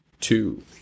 two